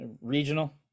regional